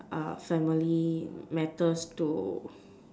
uh family matters to